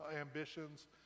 ambitions